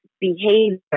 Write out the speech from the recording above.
behavior